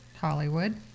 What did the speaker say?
hollywood